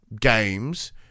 games